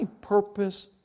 purpose